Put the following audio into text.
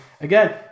again